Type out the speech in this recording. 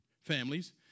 families